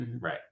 right